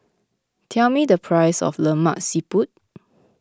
tell me the price of Lemak Siput